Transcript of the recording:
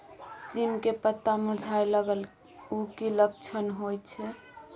सीम के पत्ता मुरझाय लगल उ कि लक्षण होय छै?